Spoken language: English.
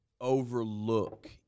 overlook